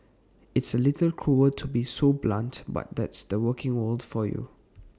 it's A little cruel to be so blunt but that's the working world for you